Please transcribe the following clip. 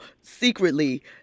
secretly